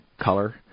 color